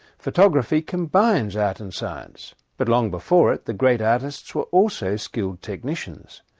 photography combines art and science, but long before it the great artists were also skilled technicians,